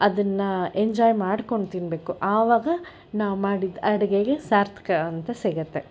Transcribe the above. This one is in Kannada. ಅದನ್ನು ಎಂಜಾಯ್ ಮಾಡ್ಕೊಂಡು ತಿನ್ನಬೇಕು ಆವಾಗ ನಾವು ಮಾಡಿದ ಅಡುಗೆಗೆ ಸಾರ್ಥಕ ಅಂತ ಸಿಗುತ್ತೆ